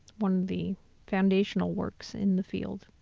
one of the foundational works in the field.